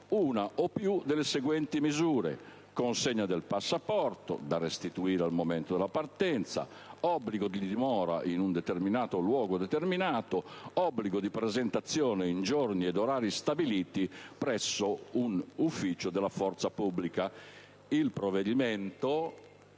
una o più delle seguenti misure: consegna del passaporto, da restituire al momento della partenza; obbligo di dimora in un determinato luogo; obbligo di presentazione in giorni ed orari stabiliti presso un ufficio della forza pubblica. Il provvedimento